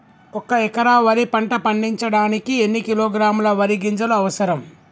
ఒక్క ఎకరా వరి పంట పండించడానికి ఎన్ని కిలోగ్రాముల వరి గింజలు అవసరం?